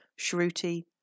Shruti